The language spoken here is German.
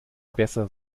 besser